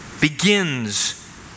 begins